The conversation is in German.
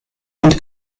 und